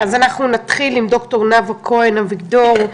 נתחיל עם ד"ר נאוה כהן אביגדור,